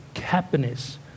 happiness